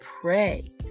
pray